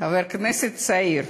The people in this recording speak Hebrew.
חבר כנסת צעיר,